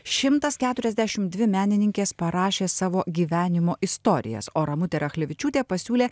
šimtas keturiasdešim dvi menininkės parašė savo gyvenimo istorijas o ramutė rachlevičiūtė pasiūlė